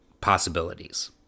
possibilities